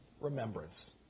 remembrance